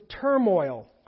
turmoil